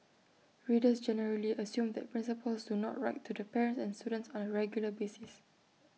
readers generally assume that principals do not write to the parents and students on A regular basis